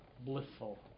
blissful